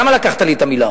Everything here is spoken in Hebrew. למה לקחת לי את המלה?